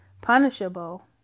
punishable